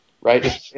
right